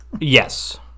Yes